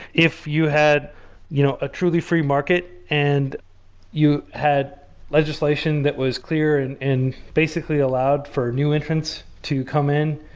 if you had you know a truly free market and you had legislation that was clear and basically allowed for new entrance to come in,